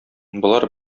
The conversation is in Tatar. болар